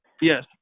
Yes